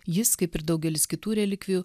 jis kaip ir daugelis kitų relikvijų